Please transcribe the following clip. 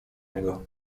niego